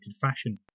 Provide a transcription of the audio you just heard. fashion